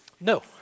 no